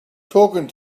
talking